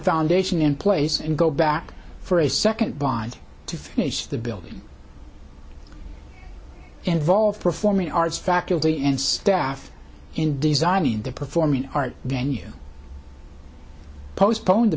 foundation in place and go back for a second bond to finish the building involved performing arts faculty and staff in designing the performing arts venue postpone the